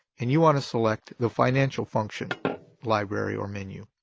and you want to select the financial function library or menu.